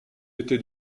été